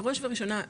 בראש ובראשונה,